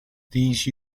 these